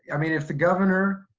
i mean, if the governor,